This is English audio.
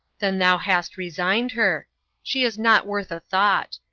then thou hast resigned her she is not worth a thought.